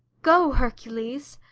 go, hercules!